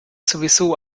sowieso